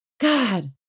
God